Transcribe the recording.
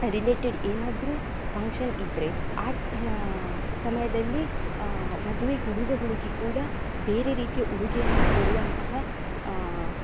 related ಏನಾದರೂ function ಇದ್ದರೆ ಆ ಸಮಯದಲ್ಲಿ ಮದುವೆ ಹುಡುಗ ಹುಡುಗಿ ಕೂಡ ಬೇರೆ ರೀತಿಯ ಉಡುಗೆಯನ್ನು ತೊಡುವಂತಹ